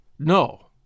No